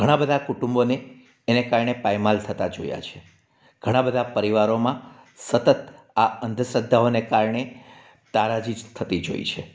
ઘણા બધા કુટુંબોને એને કારણે પાયમાલ થતાં જોયા છે ઘણા બધા પરિવારોમાં સતત આ અંધશ્રદ્ધાઓને કારણે તારાજી જ થતી જોઈ છે